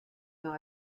dans